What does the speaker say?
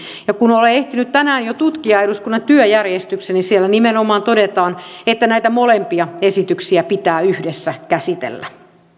ja kun olen ehtinyt tänään jo tutkia eduskunnan työjärjestyksen niin siellä nimenomaan todetaan että näitä molempia esityksiä pitää yhdessä käsitellä